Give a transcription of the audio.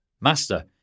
master